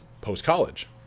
post-college